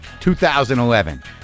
2011